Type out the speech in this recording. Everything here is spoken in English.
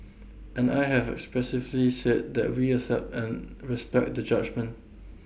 and I have expressively said that we accept and respect the judgement